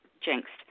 jinxed